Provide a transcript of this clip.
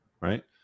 right